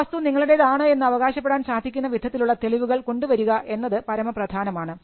ആ വസ്തു നിങ്ങളുടെതാണ് എന്ന് അവകാശപ്പെടാൻ സാധിക്കുന്ന വിധത്തിലുള്ള തെളിവുകൾ കൊണ്ടുവരിക എന്നത് പരമപ്രധാനമാണ്